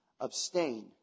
abstain